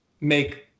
make